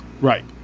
Right